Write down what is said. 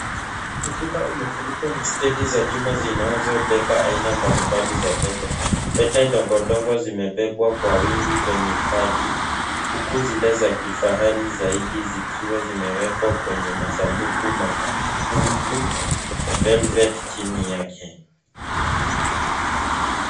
Ukuta umefunikwa na stedi za chuma zinazobeba aina mbalimbali za pete. Pete ndogo ndogo zimebebwa kwa wingi kwenye kadi huku zile za kifahari zaidi zikiwa zimewekwa kwenye masanduku mamundu ya velvet chini yake.